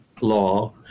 law